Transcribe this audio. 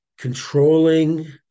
controlling